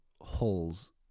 Holes